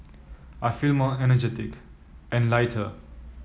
I feel more energetic and lighter